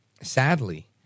sadly